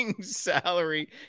salary